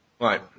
Right